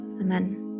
Amen